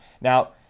Now